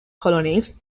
colonies